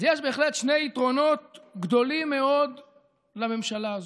אז יש בהחלט שני יתרונות גדולים מאוד לממשלה הזאת.